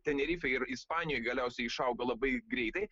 tenerifėj ir ispanijoj galiausiai išaugo labai greitai